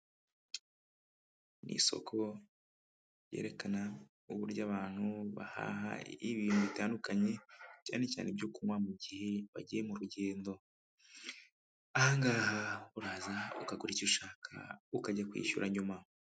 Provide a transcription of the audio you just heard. Ni isoko yerekana uburyo abantu bahahaye ibintu bitandukanye cyane cyane ibyo kunywa mu gihe bagiye mu rugendo. Ahangaha uraza ukagura icyo ushaka ukajya kwishyura nyuma.